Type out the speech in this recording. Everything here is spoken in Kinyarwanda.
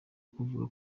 kuvuga